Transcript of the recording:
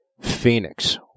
Phoenix